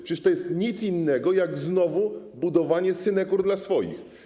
Przecież to jest nic innego jak znowu budowanie synekur dla swoich.